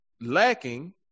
lacking